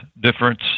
difference